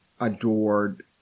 adored